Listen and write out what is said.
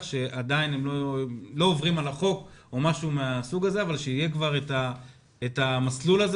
שעדיין הם לא עוברים על החוק או משהו מהסוג הזה אבל שיהיה המסלול הזה